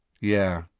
Yeah